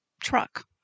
truck